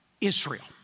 Israel